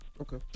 Okay